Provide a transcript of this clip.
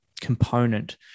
component